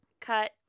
cut